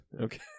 Okay